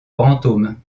brantôme